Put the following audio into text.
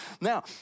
Now